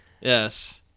Yes